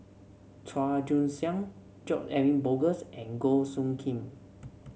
Chua Joon Siang George Edwin Bogaars and Goh Soo Khim